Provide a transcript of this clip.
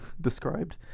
described